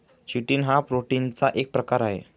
chitin हा प्रोटीनचा एक प्रकार आहे